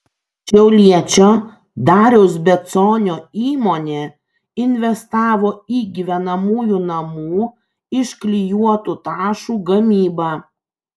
šiauliečio dariaus beconio įmonė investavo į gyvenamųjų namų iš klijuotų tašų gamybą